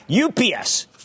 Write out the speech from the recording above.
UPS